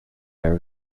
wear